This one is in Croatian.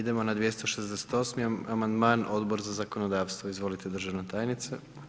Idemo na 268. amandman Odbor za zakonodavstvo, izvolite državna tajnice.